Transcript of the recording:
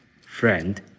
friend